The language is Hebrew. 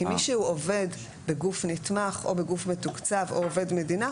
כי מי שהוא עובד בגוף נתמך או בגוף מתוקצב או עובד מדינה,